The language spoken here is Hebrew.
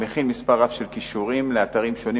המכיל מספר רב של קישורים לאתרים שונים